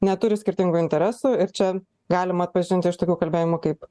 neturi skirtingų interesų ir čia galima atpažinti iš tokių kalbėjimų kaip